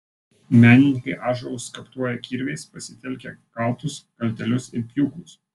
menininkai ąžuolus skaptuoja kirviais pasitelkia kaltus kaltelius ir pjūklus